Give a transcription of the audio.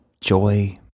joy